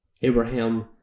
Abraham